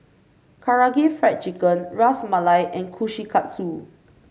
Karaage Fried Chicken Ras Malai and Kushikatsu